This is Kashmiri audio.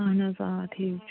اَہَن حظ آ ٹھیٖک چھُ